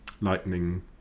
Lightning